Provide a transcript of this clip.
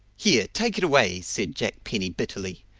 here, take it away! said jack penny bitterly.